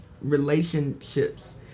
relationships